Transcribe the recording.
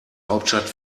hauptstadt